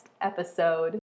episode